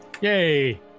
Yay